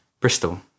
Bristol